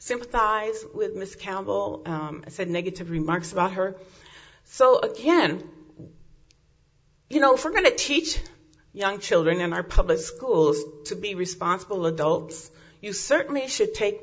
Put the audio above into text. sympathize with miss council and said negative remarks about her so again you know for going to teach young children in our public schools to be responsible adults you certainly should take